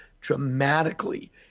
dramatically